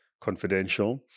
confidential